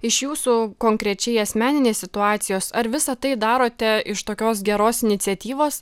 iš jūsų konkrečiai asmeninės situacijos ar visa tai darote iš tokios geros iniciatyvos